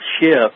shift